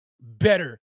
better